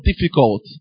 difficult